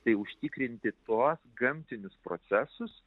tai užtikrinti tuos gamtinius procesus